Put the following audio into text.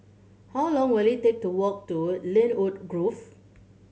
how long will it take to walk to Lynwood Grove